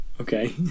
Okay